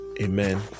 Amen